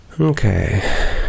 Okay